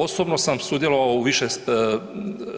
Osobno sam sudjelovao u više